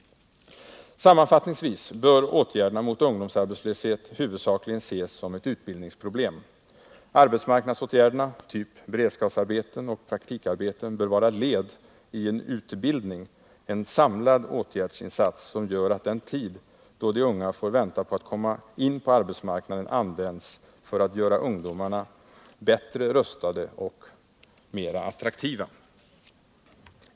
Sammanfattningsvis vill jag säga att åtgärderna mot ungdomsarbetslöshet huvudsakligen bör ses som ett utbildningsproblem. Arbetsmarknadsåtgär derna, av typ beredskapsarbeten och praktikarbeten, bör vara led i en utbildning — en samlad åtgärdsinsats, som gör att den tid då de unga får vänta på att komma in på arbetsmarknaden används för att göra ungdomarna bättre rustade och mera attraktiva.